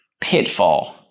pitfall